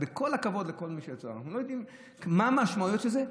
ועם כל הכבוד אנחנו לא יודעים מה המשמעויות של זה.